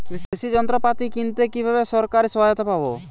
কৃষি যন্ত্রপাতি কিনতে কিভাবে সরকারী সহায়তা পাব?